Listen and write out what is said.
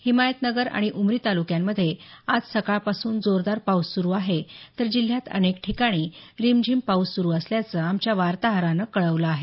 हिमायतनगर आणि उमरी तालुक्यामधे आज सकाळपासून जोरदार पाऊस सुरू आहे तर जिल्ह्यात अनेक ठिकाणी रिमझीम सुरू असल्याचं आमच्या वार्ताहरानं कळवलं आहे